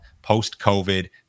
post-COVID